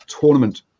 tournament